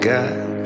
God